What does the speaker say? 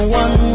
one